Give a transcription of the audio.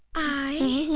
i